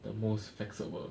the most flexible